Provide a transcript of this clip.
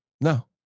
No